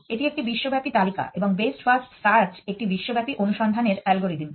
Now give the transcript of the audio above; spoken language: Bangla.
এটি একটি বিশ্বব্যাপী তালিকা এবং বেস্ট ফার্স্ট সার্চ একটি বিশ্বব্যাপী অনুসন্ধানের অ্যালগরিদম